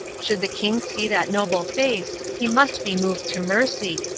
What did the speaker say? should the king see that noble face, he must be moved to mercy,